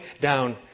down